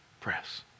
press